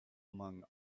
among